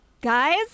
Guys